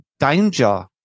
Danger